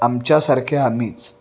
आमच्यासारखे आम्हीच